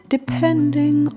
Depending